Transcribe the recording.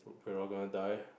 we're all gonna die